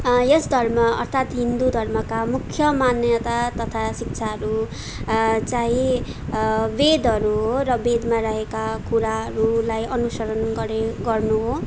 यस धर्म अर्थात हिन्दू धर्मका मुख्य मान्यता तथा शिक्षाहरू चाँहि वेदहरू हो र वेदमा रहेका कुराहरूलाई अनुसरण गरे गर्नु हो